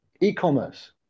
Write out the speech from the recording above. e-commerce